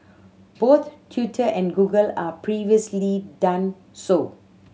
both Twitter and Google are previously done so